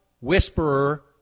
whisperer